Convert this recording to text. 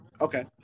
okay